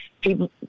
people